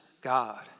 God